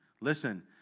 Listen